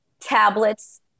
tablets